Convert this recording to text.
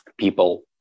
people